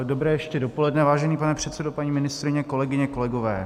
Dobré ještě dopoledne, vážený pane předsedající, paní ministryně, kolegyně, kolegové.